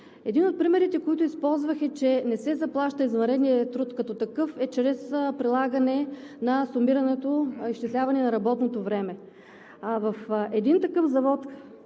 Един от примерите, които използвах, е, че не се заплаща извънредният труд като такъв, а чрез прилагане на сумираното изчисляване на работното време. В един такъв завод,